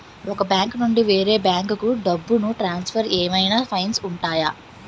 ఒక బ్యాంకు నుండి వేరే బ్యాంకుకు డబ్బును ట్రాన్సఫర్ ఏవైనా ఫైన్స్ ఉంటాయా?